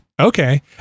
okay